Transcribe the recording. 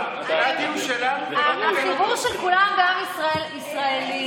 החיבור של כולם בעם ישראל,